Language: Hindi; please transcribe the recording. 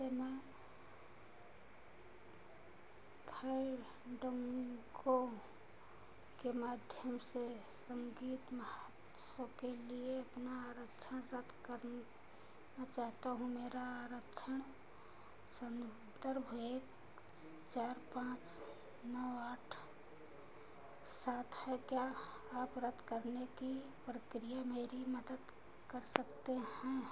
नमस्ते मैं फैंडैंगो के माध्यम से संगीत महोत्सव के लिए अपना आरक्षण रद्द करना चाहता हूँ मेरा आरक्षण संदर्भ एक चार पाँच नौ आठ सात है क्या आप रद्द करने की प्रक्रिया में मेरी मदद कर सकते हैं